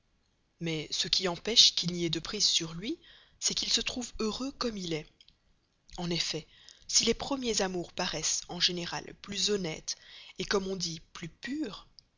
mais ce qui empêche qu'il n'y ait de prise sur lui c'est qu'il se trouve heureux comme il est en effet si les premiers amours paraissent en général plus honnêtes comme on dit plus purs